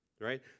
right